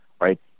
right